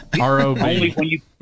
R-O-V